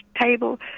table